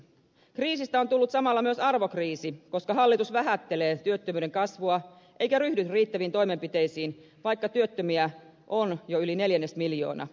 kriisistä on tullut samalla myös arvokriisi koska hallitus vähättelee työttömyyden kasvua eikä ryhdy riittäviin toimenpiteisiin vaikka työttömiä on jo yli neljännesmiljoona